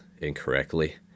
incorrectly